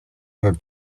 her